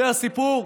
זה הסיפור?